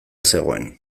zegoen